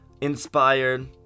inspired